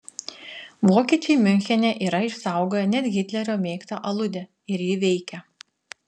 vokiečiai miunchene yra išsaugoję net hitlerio mėgtą aludę ir ji veikia